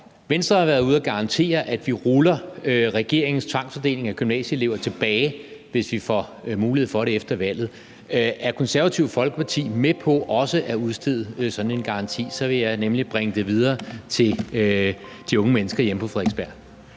Venstre har været ude at garantere, at vi ruller regeringens tvangsfordeling af gymnasieelever tilbage, hvis vi får mulighed for det efter valget. Er Det Konservative Folkeparti med på også at udstede sådan en garanti? Så vil jeg nemlig bringe det videre til de unge mennesker hjemme på Frederiksberg.